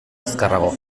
azkarrago